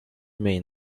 main